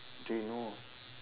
they know